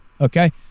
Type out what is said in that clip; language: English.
Okay